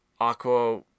Aqua